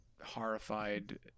horrified